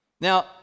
Now